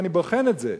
ואני בוחן את זה.